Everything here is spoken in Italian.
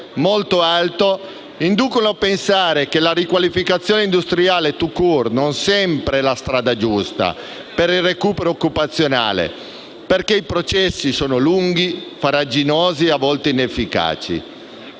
molto alto - inducono a pensare che la riqualificazione industriale *tout court* non sempre sia la strada giusta per il recupero occupazionale, perché i processi sono lunghi, farraginosi e a volte inefficaci;